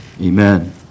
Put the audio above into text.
Amen